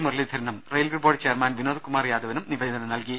മുരളീധരനും railway board chairman Vinodkumar യാദവിനും നിവേദനം നൽകി